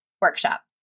Workshop